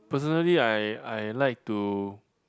personally I I like to